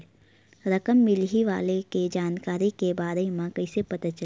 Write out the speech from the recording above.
रकम मिलही वाले के जानकारी के बारे मा कइसे पता चलही?